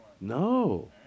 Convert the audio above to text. No